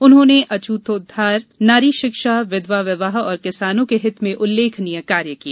उन्होंने अछूतोद्वार नारी शिक्षा विधवा विवाह और किसानों के हित में उल्लेखनीय कार्य किए